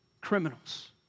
criminals